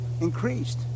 increased